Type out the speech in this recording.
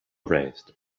raised